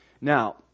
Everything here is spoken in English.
Now